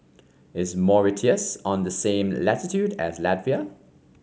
is Mauritius on the same latitude as Latvia